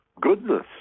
goodness